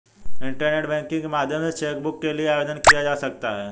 internet banking के माध्यम से चैकबुक के लिए आवेदन दिया जा सकता है